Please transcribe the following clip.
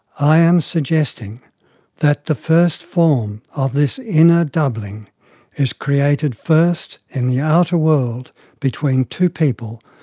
i am suggesting that the first form of this inner doubling is created first in the outer world between two people,